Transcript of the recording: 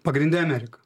pagrinde amerika